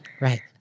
Right